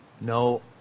no